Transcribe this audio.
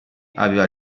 aveva